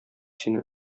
сине